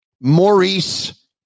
Maurice